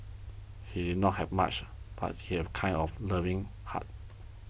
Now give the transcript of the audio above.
he did not have much but he have kind of learning heart